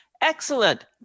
Excellent